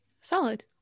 Solid